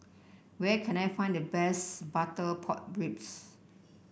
where can I find the best Butter Pork Ribs